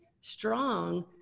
strong